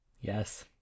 yes